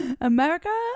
america